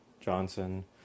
Johnson